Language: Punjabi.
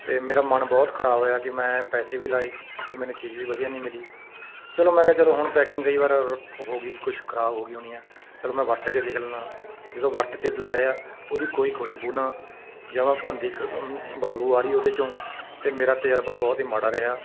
ਅਤੇ ਮੇਰਾ ਮਨ ਬਹੁਤ ਖਰਾਬ ਹੋਇਆ ਕਿ ਮੈਂ ਪੈਸੇ ਵੀ ਲਾਏ ਅਤੇ ਮੈਨੂੰ ਚੀਜ਼ ਵੀ ਵਧੀਆ ਨਹੀਂ ਮਿਲੀ ਚਲੋ ਮੈਂ ਕਿਹਾ ਚਲੋ ਹੁਣ ਪੈਕਿੰਗ ਕਈ ਵਾਰ ਹੋ ਗਈ ਕੁਛ ਖਰਾਬ ਹੋ ਗਈ ਹੋਣੀ ਆ ਚਲੋ ਮੈਂ ਵਰਤ ਕੇ ਦੇਖ ਲੈਂਦਾ ਜਦੋਂ ਵਰਤ ਕੇ ਲਾਇਆ ਉਹਦੀ ਕੋਈ ਖੁਸ਼ਬੂ ਨਾ ਜਮ੍ਹਾਂ ਭੱਦੀ ਬਦਬੂ ਆ ਰਹੀ ਉਹਦੇ 'ਚੋਂ ਅਤੇ ਮੇਰਾ ਤਜ਼ਰਬਾ ਬਹੁਤ ਹੀ ਮਾੜਾ ਰਿਹਾ